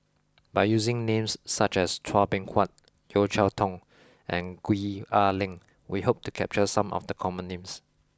by using names such as Chua Beng Huat Yeo Cheow Tong and Gwee Ah Leng we hope to capture some of the common names